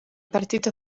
partito